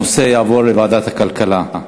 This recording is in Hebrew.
הנושא יעבור לוועדת הכלכלה.